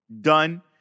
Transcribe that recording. done